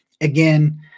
again